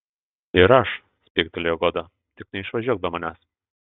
ir aš spygtelėjo goda tik neišvažiuok be manęs